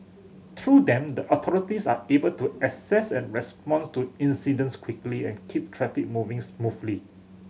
through them the authorities are able to assess and responds to incidents quickly and keep traffic moving smoothly